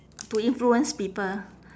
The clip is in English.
to influence people